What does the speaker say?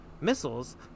missiles